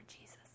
Jesus